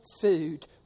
food